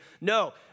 No